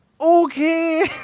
okay